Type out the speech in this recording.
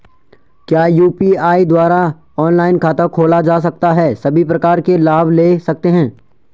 क्या यु.पी.आई द्वारा ऑनलाइन खाता खोला जा सकता है सभी प्रकार के लाभ ले सकते हैं?